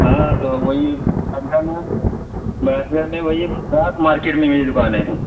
ہاں تو وہی مارکیٹ میں وہی میں ہی دکان ہے